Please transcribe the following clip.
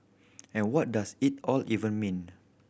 and what does it all even mean